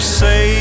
say